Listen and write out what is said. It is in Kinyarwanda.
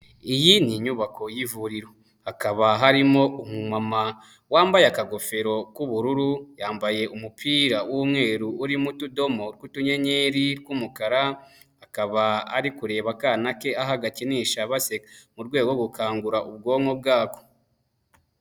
Iyi ni inyubako y'ivuriro hakaba harimo wambaye akagofero k'ubururu, yambaye umupira w'umweru urimo utudomo tw'utunyenyeri tw'umukara, akaba ari kureba akana ke aho agakinisha baseka mu rwego rwo gukangura ubwonko bwabo.